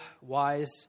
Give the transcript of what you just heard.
wise